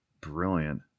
brilliant